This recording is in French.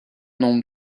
nombre